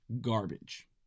garbage